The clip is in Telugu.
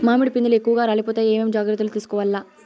మామిడి పిందెలు ఎక్కువగా రాలిపోతాయి ఏమేం జాగ్రత్తలు తీసుకోవల్ల?